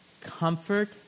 Comfort